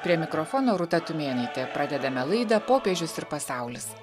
prie mikrofono rūta tumėnaitė pradedame laida popiežius ir pasaulis